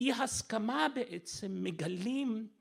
אי הסכמה בעצם מגלים